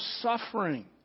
suffering